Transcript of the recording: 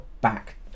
back